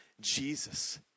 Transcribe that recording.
Jesus